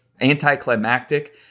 anticlimactic